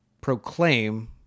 proclaim